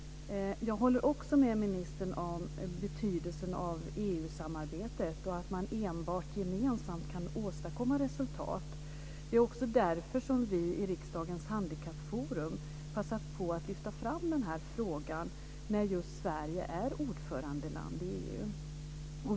Jag håller också med ministern om betydelsen av EU-samarbetet och att man enbart gemensamt kan åstadkomma resultat. Det är också därför som vi i riksdagens handikappforum passat på att lyfta fram denna fråga när just Sverige är ordförandeland i EU.